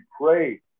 pray